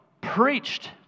preached